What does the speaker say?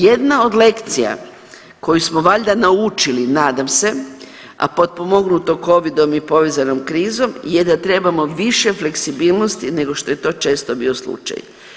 Jedna od lekcija koju smo valjda naučili nadam se, a potpomognuto Covidom i povezanom krizom je da trebamo više fleksibilnosti nego što je to često bio slučaj.